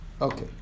Okay